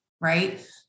right